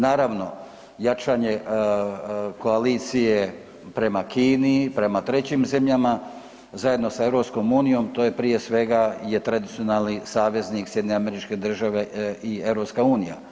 Naravno jačanje koalicije prema Kini i prema trećim zemljama zajedno sa EU to je prije svega tradicionalni saveznik SAD-a i EU.